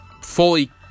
fully